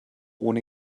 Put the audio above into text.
ohne